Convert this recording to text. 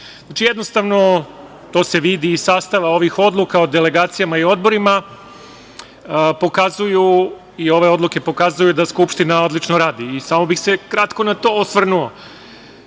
jednostavno to se vidi iz sastava ovih odluka o delegacijama i odborima i ove odluke pokazuju da Skupština odlično radi i samo bih se na kratko na to